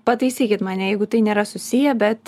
pataisykit mane jeigu tai nėra susiję bet